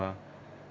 uh